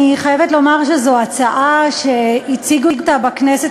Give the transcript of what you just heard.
אני חייבת לומר שזו הצעה שהציג אותה בכנסת